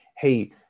hey